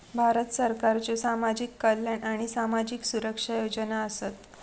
भारत सरकारच्यो सामाजिक कल्याण आणि सामाजिक सुरक्षा योजना आसत